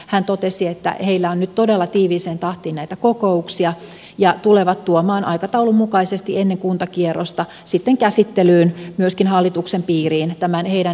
hän totesi että heillä on nyt todella tiiviiseen tahtiin näitä kokouksia ja he tulevat tuomaan aikataulun mukaisesti ennen kuntakierrosta sitten käsittelyyn myöskin hallituksen piiriin tämän heidän esityksensä